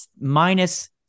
minus